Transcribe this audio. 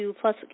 plus